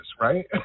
right